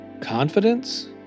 confidence